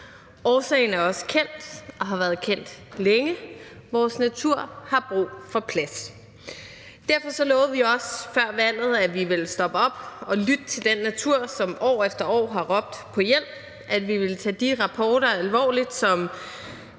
Årsagen er også kendt og har været kendt længe. Vores natur har brug for plads. Derfor lovede vi også før valget, at vi ville stoppe op og lytte til den natur, som år efter år har råbt på hjælp, at vi ville tage de rapporter alvorligt, som